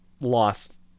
lost